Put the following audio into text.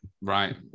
Right